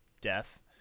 death